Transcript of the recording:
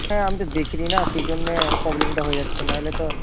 হ্যাঁ আমি তো দেখিনি না সেই জন্যে প্রবলেমটা হয়ে যাচ্ছে নাহলে তো